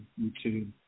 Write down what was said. YouTube